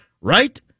right